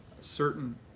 certain